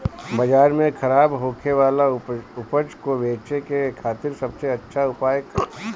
बाजार में खराब होखे वाला उपज को बेचे के खातिर सबसे अच्छा उपाय का बा?